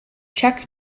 czech